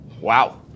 Wow